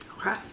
okay